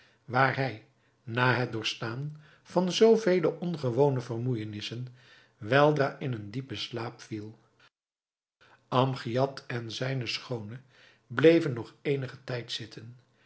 waar hij na het doorstaan van zoo vele ongewone vermoeijenissen weldra in een diepen slaap viel amgiad en zijne schoone bleven nog eenigen tijd zitten